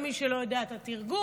למי שלא יודע את התרגום,